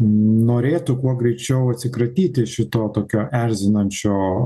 norėtų kuo greičiau atsikratyti šito tokio erzinančio